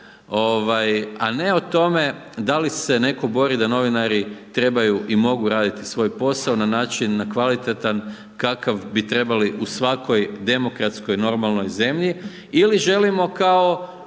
a ne o tome da li se netko bori da li novinari trebaju i mogu raditi svoj posao na način, na kvalitetan kakav bi trebali u svakoj demokratskoj normalnoj zemlji ili želimo kao